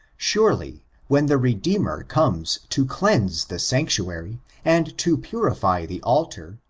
surely when the redeemer comes to cleanse the sanctuary, and to purify the altar,